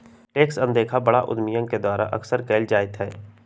tax अनदेखा बड़ा उद्यमियन के द्वारा अक्सर कइल जयते हई